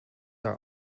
are